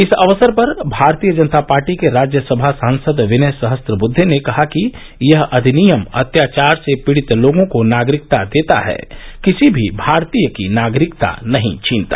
इस अवसर पर भारतीय जनता पार्टी के राज्यसभा सांसद विनय सहस्रबुद्धे ने कहा कि यह अधिनियम अत्यावार से पीड़ित लोगों को नागरिकता देता है किसी भी भारतीय की नागरिकता नहीं छीनता